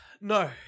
No